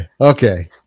Okay